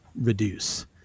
reduce